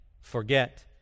forget